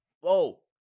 Whoa